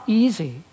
easy